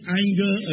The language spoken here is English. anger